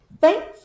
Thanks